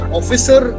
officer